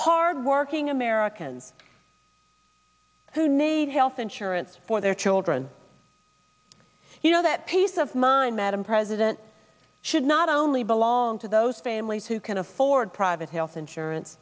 hard working americans who need health insurance for their children you know that piece of mind madam president should not only belong to those families who can afford private health insurance